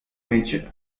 mature